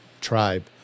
tribe